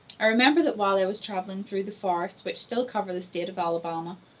i remember that while i was travelling through the forests which still cover the state of alabama,